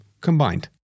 combined